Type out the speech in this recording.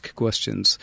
questions